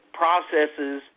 processes